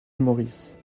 maurice